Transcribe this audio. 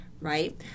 Right